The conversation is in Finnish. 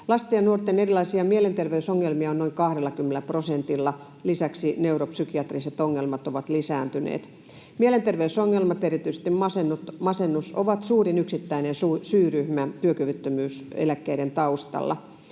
Lasten ja nuorten erilaisia mielenterveysongelmia on noin 20 prosentilla. Lisäksi neuropsykiatriset ongelmat ovat lisääntyneet. Mielenterveysongelmat, erityisesti masennus, ovat suurin yksittäinen syyryhmä työkyvyttömyyseläkkeiden taustalla.